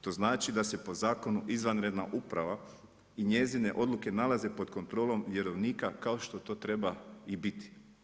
To znači da se po zakonu izvanredna uprava i njezine odluke nalaze pod kontrolom vjerovnika kao što treba i biti.